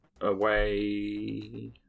away